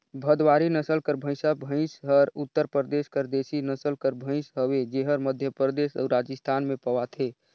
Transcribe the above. भदवारी नसल कर भंइसा भंइस हर उत्तर परदेस कर देसी नसल कर भंइस हवे जेहर मध्यपरदेस अउ राजिस्थान में पवाथे